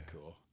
cool